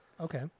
Okay